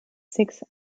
six